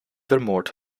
vermoord